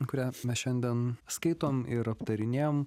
kurią mes šiandien skaitom ir aptarinėjom